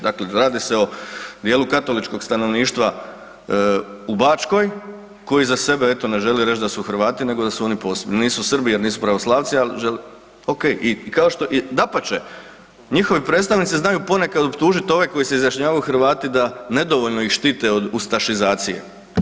Dakle, radi se o dijelu katoličkog stanovništva u Bačkoj koji za sebe eto ne želi reći da su Hrvati nego da su oni posebni, nisu Srbi jer nisu pravoslavci, ali žele, ok, i kao što, dapače njihovi predstavnici znaju ponekad optužiti ove koji se izjašnjavaju Hrvati da nedovoljno ih štite od ustašizacije.